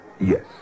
Yes